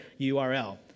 URL